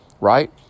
right